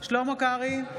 שלמה קרעי,